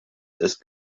ist